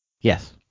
yes